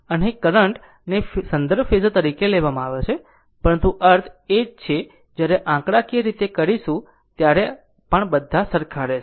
અને અહીં કરંટ ને સંદર્ભ ફેઝર તરીકે લેવામાં આવે છે પરંતુ અર્થ એ જ છે જ્યારે આંકડાકીય રીતે કરશું ત્યારે પણ બધા સરખા રહેશે